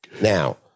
Now